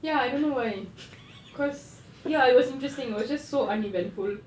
ya I don't know why cause ya it was interesting it was just so uneventful